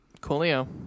Coolio